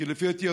כי לפי דעתי,